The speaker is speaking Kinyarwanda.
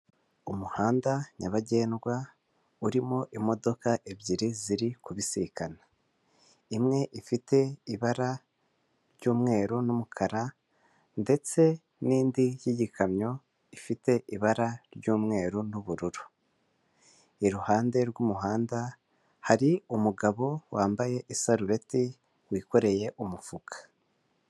Umuhanda nyabagendwa, urimo imodoka ebyiri ziri kubisikana. Imwe ifite ibara ry'umweru n'umukara ndetse n'indi y'igikamyo ifite ibara ry'umweru n'ubururu. Iruhande rw'umuhanda, hari umugabo wambaye isarubeti, wikoreye umufuka.